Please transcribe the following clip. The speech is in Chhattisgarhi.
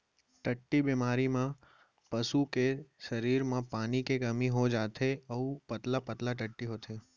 टट्टी बेमारी म पसू के सरीर म पानी के कमी हो जाथे अउ पतला पतला टट्टी होथे